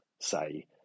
say